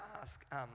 ask